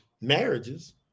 marriages